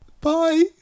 bye